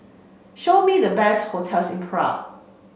show me the best hotels in Prague